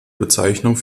bezeichnung